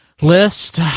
list